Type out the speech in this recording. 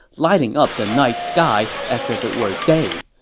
lighting up the night sky as if it were day.